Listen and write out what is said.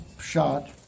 shot